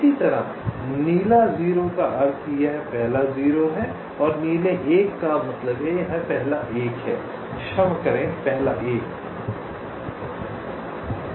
इसी तरह नीला 0 का अर्थ है यह पहला 0 है और नीला 1 का मतलब है यह पहला 1 है क्षमा करें पहला 1